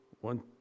one